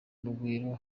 rugwiro